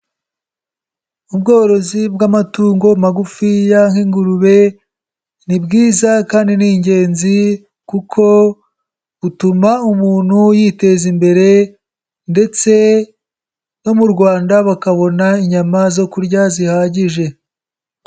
Ubworozi bw'amatungo magufiya nk'ingurube ni bwiza kandi ni ingenzi kuko butuma umuntu yiteza imbere ndetse no mu Rwanda bakabona inyama zo kurya zihagije.